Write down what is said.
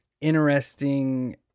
interesting